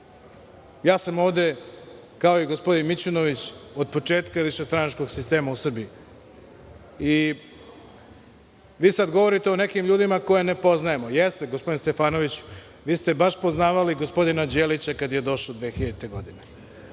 sam, kao i gospodin Mićunović, od početka višestranačkog sistema u Srbiji. Vi sada govorite o nekim ljudima koje ne poznajemo? Da, gospodine Stefanoviću, vi ste baš poznavali gospodina Đelića kada je došao 2000. godine?